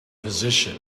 position